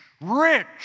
rich